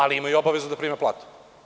Ali, imaju obavezu da prime platu?